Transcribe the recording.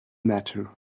matter